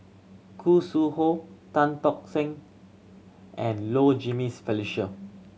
Khoo Sui Hoe Tan Tock San and Low Jimenez Felicia